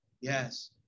Yes